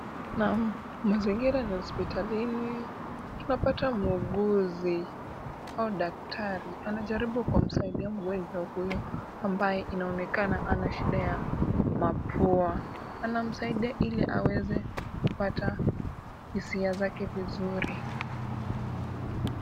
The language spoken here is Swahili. Naam, mazingira ni ya hospitalini, tunapata muuguzi au daktari anajaribu kumsaidia mgonjwa huyo ambaye inaonekana ana shida ya mapua. Anamsaidia ili aweze kupata hisia zake vizuri.